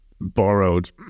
Borrowed